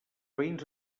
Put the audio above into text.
veïns